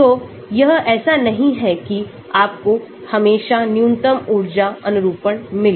तोयह ऐसा नहीं है कि आपको हमेशा न्यूनतम ऊर्जा अनुरूपण मिले